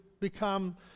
become